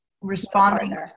responding